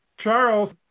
Charles